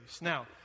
Now